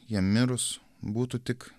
jam mirus būtų tik